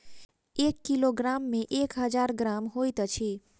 एक किलोग्राम मे एक हजार ग्राम होइत अछि